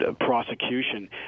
prosecution